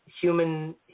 human